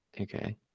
okay